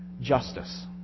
justice